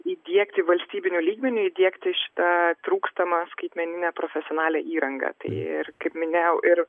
įdiegti valstybiniu lygmeniu įdiegti šitą trūkstamą skaitmeninę profesionalią įrangą tai ir kaip minėjau ir